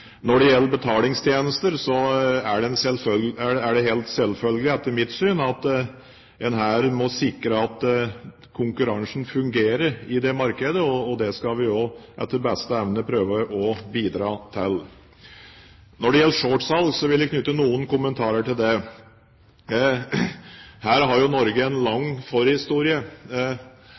Når det gjelder betalingstjenester, er det helt selvfølgelig, etter mitt syn, at en må sikre at konkurransen fungerer i det markedet, og det skal vi også etter beste evne prøve å bidra til. Når det gjelder shortsalg, vil jeg knytte noen kommentarer til det. Her har jo Norge en lang